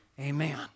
Amen